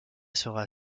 passera